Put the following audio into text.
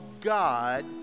God